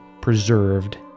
preserved